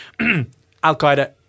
Al-Qaeda